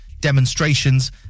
demonstrations